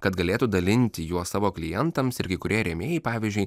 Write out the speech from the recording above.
kad galėtų dalinti juos savo klientams ir kai kurie rėmėjai pavyzdžiui